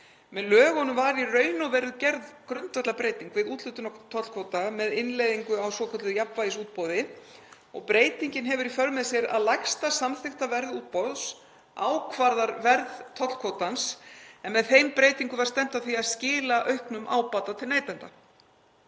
Með lögunum var í raun og veru gerð grundvallarbreyting við úthlutun á tollkvóta með innleiðingu á svokölluðu jafnvægisútboði og breytingin hefur í för með sér að lægsta samþykkta verð útboðs ákvarðar verð tollkvótans en með þeim breytingum var stefnt að því að skila auknum ábata til neytenda.